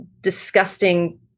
disgusting